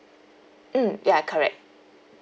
mm ya correct